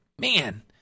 Man